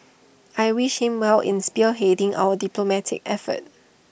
I wish him well in spearheading our diplomatic efforts